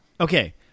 Okay